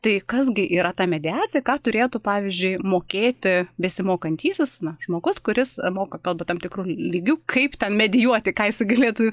tai kas gi yra ta mediacija ką turėtų pavyzdžiui mokėti besimokantysis na žmogus kuris moka kalbą tam tikru lygiu kaip ten medijuoti ką jisai galėtų